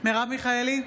מרב מיכאלי,